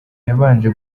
yabanje